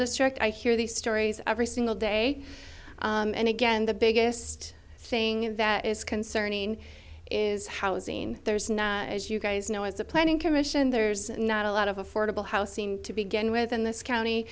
district i hear these stories every single day and again the biggest thing that is concerning is housing there's no as you guys know as a planning commission there's not a lot of affordable housing to begin with in this county